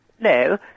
No